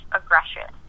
aggression